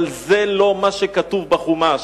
אבל זה לא מה שכתוב בחומש.